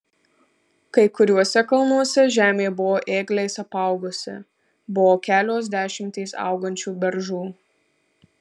kai kuriuose kalnuose žemė buvo ėgliais apaugusi buvo kelios dešimtys augančių beržų